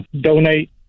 donate